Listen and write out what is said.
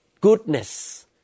goodness